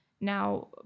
Now